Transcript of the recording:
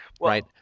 right